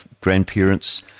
grandparents